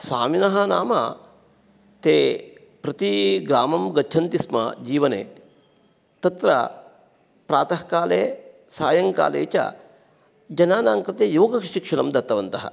स्वामिनः नाम ते प्रतिग्रामं गच्छन्ति स्म जीवने तत्र प्रातःकाले सायङ्काले च जनानाङ्कृते योगशिक्षणं दत्तवन्तः